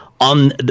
on